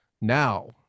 now